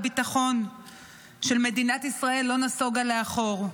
הביטחון של מדינת ישראל לא נסוגה לאחור.